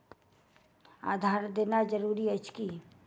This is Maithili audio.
आधार देनाय जरूरी अछि की?